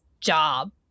job